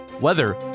weather